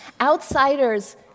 Outsiders